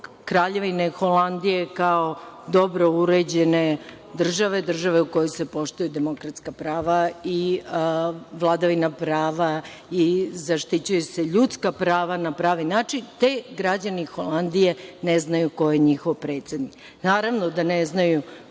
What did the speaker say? Kraljevine Holandije kao dobro uređene države, države u kojoj se poštuju demokratska prava i vladavina prava i zaštićuju se ljudska prava na pravi način, te da građani Holandije ne znaju ko je njihov predsednik. Naravno da ne znaju